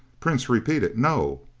prince repeated, no!